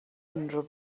unrhyw